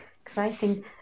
Exciting